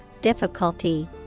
difficulty